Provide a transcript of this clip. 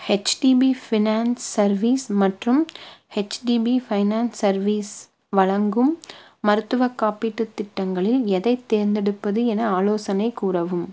HDB finance service மற்றும் HDB finance service வழங்கும் மருத்துவக் காப்பீட்டுத் திட்டங்களில் எதைத் தேர்ந்தெடுப்பது என ஆலோசனை கூறவும்